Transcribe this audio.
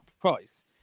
price